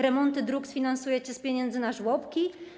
Remonty dróg sfinansujecie z pieniędzy na żłobki?